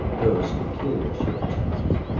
there are some peculiar circumstances.